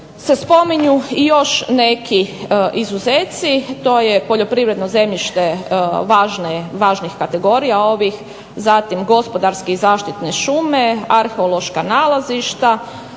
se spominju i još neki izuzeci, to je poljoprivredno zemljište važnih kategorija ovih, zatim gospodarske i zaštitne šume, arheološka nalazišta,